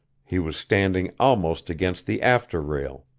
he was standing almost against the after rail,